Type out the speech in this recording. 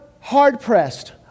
hard-pressed